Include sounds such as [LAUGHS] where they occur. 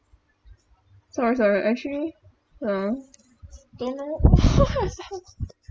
sorry sorry actually don't know didn't work [LAUGHS]